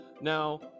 Now